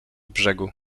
brzegu